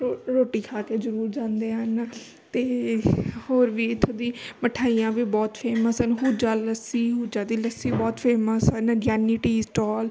ਰੋ ਰੋਟੀ ਖਾ ਕੇ ਜ਼ਰੂਰ ਜਾਂਦੇ ਹਨ ਅਤੇ ਹੋਰ ਵੀ ਇੱਥੋਂ ਦੀ ਮਿਠਾਈਆਂ ਵੀ ਬਹੁਤ ਫੇਮਸ ਹਨ ਅਹੂਜਾ ਲੱਸੀ ਅਹੂਜਾ ਦੀ ਲੱਸੀ ਬਹੁਤ ਫੇਮਸ ਹਨ ਗਿਆਨੀ ਟੀ ਸਟੋਲ